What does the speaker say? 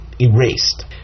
erased